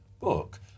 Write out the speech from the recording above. book